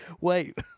Wait